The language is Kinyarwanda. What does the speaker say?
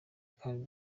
kandi